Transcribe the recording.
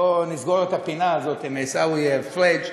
בואו נסגור את הפינה הזאת עם עיסאווי פריג'.